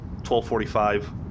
12.45